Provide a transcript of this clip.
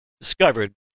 discovered